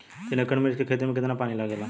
तीन एकड़ मिर्च की खेती में कितना पानी लागेला?